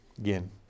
Again